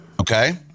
Okay